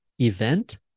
event